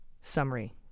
summary